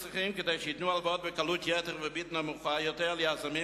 כדי שייתנו הלוואות בקלות יתר ובריבית נמוכה יותר ליזמים,